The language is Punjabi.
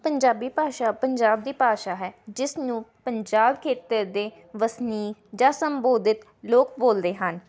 ਪੰਜਾਬੀ ਭਾਸ਼ਾ ਪੰਜਾਬ ਦੀ ਭਾਸ਼ਾ ਹੈ ਜਿਸਨੂੰ ਪੰਜਾਬ ਖੇਤਰ ਦੇ ਵਸਨੀਕ ਜਾਂ ਸੰਬੋਧਿਤ ਲੋਕ ਬੋਲਦੇ ਹਨ